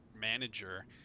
manager –